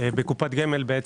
בקופות גמל,